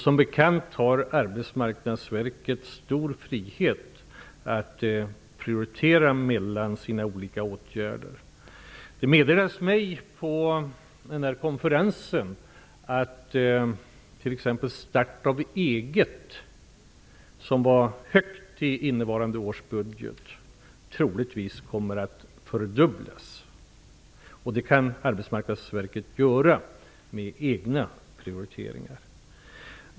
Som bekant har Arbetsmarknadsverket stor frihet att prioritera mellan olika åtgärder. Det meddelades mig på den nämnda konferensen att t.ex. bidrag för att starta eget, som var högt prioriterat i innevarande års budget, troligtvis kommer att fördubblas. Det kan Arbetsmarknadsverket göra med egna prioriteringar.